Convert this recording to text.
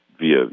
via